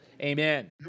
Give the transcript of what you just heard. amen